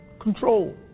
control